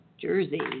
Jersey